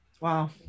Wow